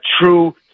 true